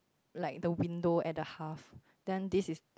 like the window at the half then this is